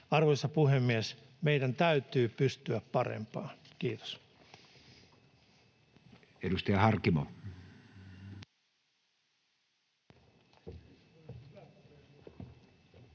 Arvoisa puhemies, meidän täytyy pystyä parempaan. — Kiitos.